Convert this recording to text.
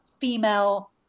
female